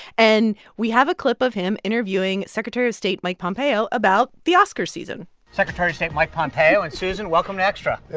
and we have a clip of him interviewing secretary of state mike pompeo about the oscar season secretary of state mike pompeo and susan, welcome to extra.